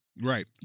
Right